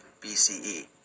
BCE